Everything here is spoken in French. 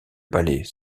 palais